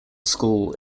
school